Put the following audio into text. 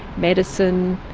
medicine.